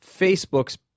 Facebook's